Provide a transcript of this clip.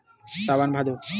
सावन भादो